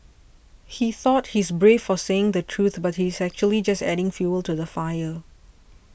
he thought he's brave for saying the truth but he's actually just adding fuel to the fire